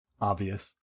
Obvious